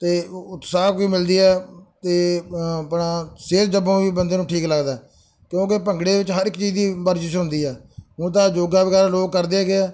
ਅਤੇ ਉਤਸ਼ਹ ਵੀ ਮਿਲਦਾ ਆ ਅਤੇ ਆਪਣਾ ਸਿਹਤ ਜਬੋਂ ਵੀ ਬੰਦੇ ਨੂੰ ਠੀਕ ਲੱਗਦਾ ਕਿਉਂਕਿ ਭੰਗੜੇ ਵਿੱਚ ਹਰ ਇੱਕ ਚੀਜ਼ ਦੀ ਵਰਜਿਸ਼ ਹੁੰਦੀ ਆ ਹੁਣ ਤਾਂ ਯੋਗਾ ਵਗੈਰਾ ਲੋਕ ਕਰਦੇ ਹੈਗੇ ਆ